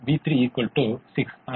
இந்த உகந்த அளவுகோல் தேற்றம் ஏன் உண்மை